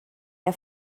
ihr